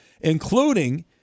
including –